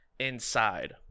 Inside